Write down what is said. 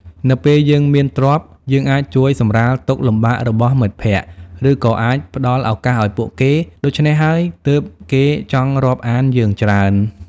នៅពេលយើងមានទ្រព្យ យើងអាចជួយសម្រាលទុក្ខលំបាករបស់មិត្តភក្តិ ឬក៏អាចផ្តល់ឱកាសឱ្យពួកគេ ដូច្នេះហើយទើបគេចង់រាប់អានយើងច្រើន។